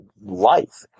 life